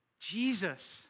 Jesus